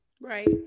Right